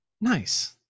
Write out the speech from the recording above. Nice